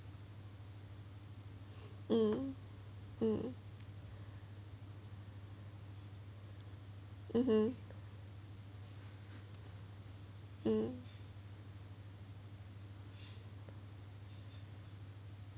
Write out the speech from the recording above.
mm mm mmhmm mm